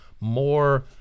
more